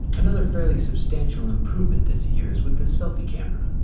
another fairly substantial improvement this year is with the selfie camera.